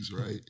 right